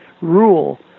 rule